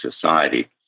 Society